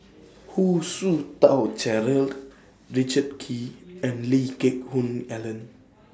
Hu Tsu Tau Richard Kee and Lee Geck Hoon Ellen